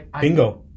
Bingo